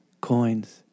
coins